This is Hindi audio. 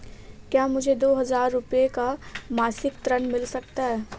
क्या मुझे दो हजार रूपए का मासिक ऋण मिल सकता है?